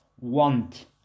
Want